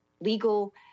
legal